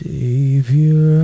Savior